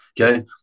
Okay